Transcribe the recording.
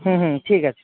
হুম হুম ঠিক আছে